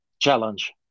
challenge